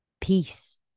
Peace